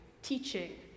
teaching